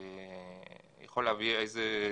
הוא יכול להביא תקן,